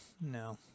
no